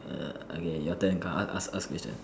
err okay your turn come ask ask ask question